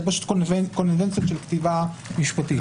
זה פשוט צורה של כתיבה משפטית.